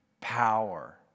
Power